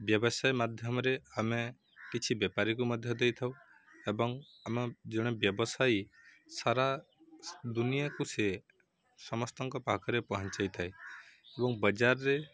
ବ୍ୟବସାୟ ମାଧ୍ୟମରେ ଆମେ କିଛି ବେପାରୀକୁ ମଧ୍ୟ ଦେଇଥାଉ ଏବଂ ଆମ ଜଣେ ବ୍ୟବସାୟୀ ସାରା ଦୁନିଆକୁ ସେ ସମସ୍ତଙ୍କ ପାଖରେ ପହଞ୍ଚାଇଥାଏ ଏବଂ ବଜାରରେ